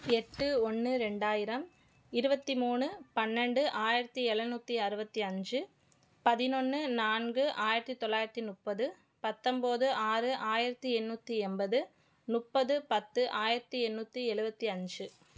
எட்டு ஒன்று ரெண்டாயிரம் இருபத்தி மூணு பன்னெண்டு ஆயிரத்தி எழுநூத்தி அறுபத்தி அஞ்சு பதினொன்று நான்கு ஆயிரத்தி தொள்ளாயிரத்தி முப்பது பத்தொம்போது ஆறு ஆயிரத்தி எண்ணூற்றி எண்பது முப்பது பத்து ஆயிரத்தி எண்ணூற்றி எழுவத்தி அஞ்சு